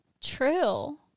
true